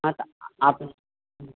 हँ तऽ आबऽ